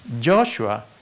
Joshua